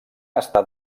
està